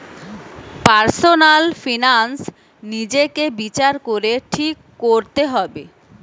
personal finance নিজেকে বিচার করে ঠিক কোরতে হবে